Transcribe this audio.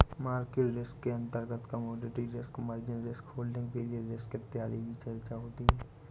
market risk के अंतर्गत commodity risk, margin risk, holding period risk इत्यादि की चर्चा होती है